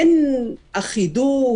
אין אחידות,